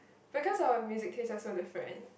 because our music taste are song different